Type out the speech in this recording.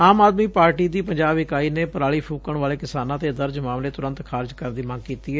ਆਮ ਆਦਮੀ ਪਾਰਟੀ ਦੀ ਪੰਜਾਬ ਇਕਾਈ ਨੇ ਪਰਾਲੀ ਫੁਕਣ ਵਾਲੇ ਕਿਸਾਨਾਂ ਤੇ ਦਰਜ ਮਾਮਲੇ ਤੁਰੰਤ ਖ਼ਾਰਜ ਕਰਨ ਦੀ ਮੰਗ ਕੀਤੀ ਏ